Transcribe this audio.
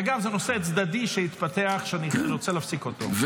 אגב, זה נושא צדדי שהתפתח, שאני רוצה להפסיק אותו.